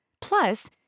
Plus